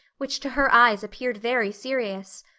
which to her eyes appeared very serious.